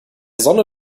sonne